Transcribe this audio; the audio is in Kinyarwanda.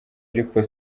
ariko